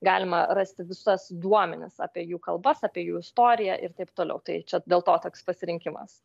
galima rasti visas duomenis apie jų kalbas apie jų istoriją ir taip toliau tai čia dėl to toks pasirinkimas